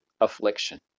affliction